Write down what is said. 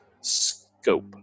scope